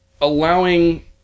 allowing